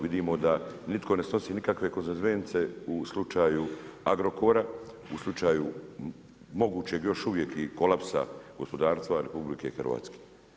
Vidimo da nitko ne snosi nikakve konsekvence u slučaju Agrokora, u slučaju mogućeg još uvijek i kolapsa gospodarstva RH.